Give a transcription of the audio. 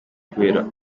kubera